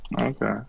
Okay